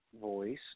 voice